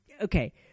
Okay